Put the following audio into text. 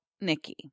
Nikki